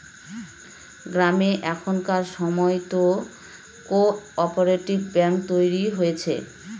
গ্রামে এখনকার সময়তো কো অপারেটিভ ব্যাঙ্ক তৈরী হয়েছে